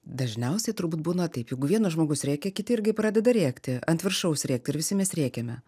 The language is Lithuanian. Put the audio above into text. dažniausiai turbūt būna taip jeigu vienas žmogus rėkia kiti irgi pradeda rėkti ant viršaus rėkt ir visi mes rėkiame